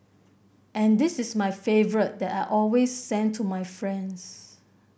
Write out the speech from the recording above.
and this is my favourite that I always send to my friends